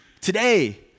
today